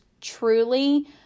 truly